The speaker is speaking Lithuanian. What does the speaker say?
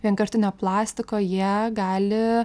vienkartinio plastiko jie gali